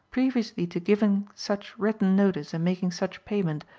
previously to giving such written notice and making such payment,